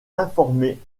informés